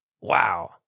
Wow